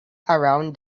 around